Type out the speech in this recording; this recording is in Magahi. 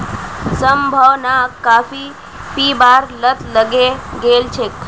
संभावनाक काफी पीबार लत लगे गेल छेक